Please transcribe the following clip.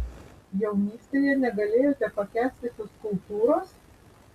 jaunystėje negalėjote pakęsti fizkultūros